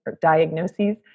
diagnoses